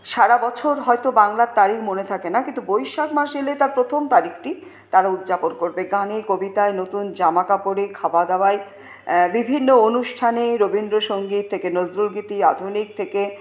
সারা বছর হয়তো বাংলার তারিখ মনে থাকে না কিন্তু বৈশাখ মাস এলে তার প্রথম তারিখটি তারা উদযাপন করবে গানে কবিতায় নতুন জামাকাপড়ে খাওয়া দাওয়ায় বিভিন্ন অনুষ্ঠানে রবীন্দ্রসঙ্গীত থেকে নজরুলগীতি আধুনিক থেকে